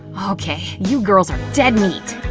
okay, you girls are dead meat!